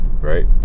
right